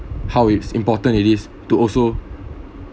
how it's important it is to also